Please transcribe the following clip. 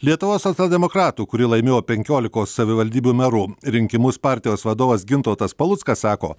lietuvos socialdemokratų kuri laimėjo penkiolikos savivaldybių merų rinkimus partijos vadovas gintautas paluckas sako